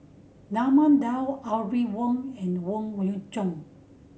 Raman Daud Audrey Wong and Yoon Chong